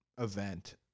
event